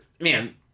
man